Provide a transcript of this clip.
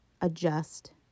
adjust